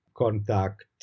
contact